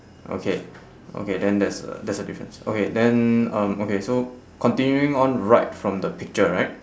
okay okay then that's uh that's a difference okay then um okay so continuing on right from the picture right